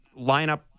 lineup